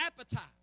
appetite